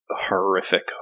horrific